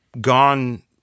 gone